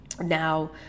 Now